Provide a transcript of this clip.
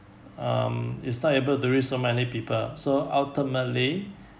um it's not able there is so many people so ultimately